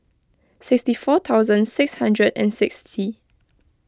sixty four thousand six hundred and sixty